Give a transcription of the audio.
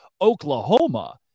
Oklahoma